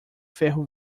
ferro